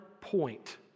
point